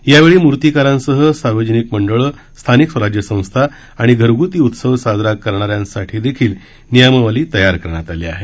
यावेळी मूर्तीकारांसह सार्वजनिक मंडळं स्थानिक स्वराज्य संस्था आणि घरग्ती उत्सव साजरा करणाऱ्यांसाठी देखील नियमावली तयार करण्यात आली आहे